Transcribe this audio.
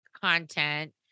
content